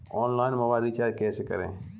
Online mobile recharge कैसे करें?